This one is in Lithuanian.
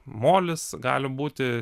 molis gali būti